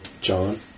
John